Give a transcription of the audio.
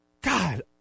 God